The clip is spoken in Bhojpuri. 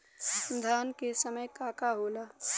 धान के समय का का होला?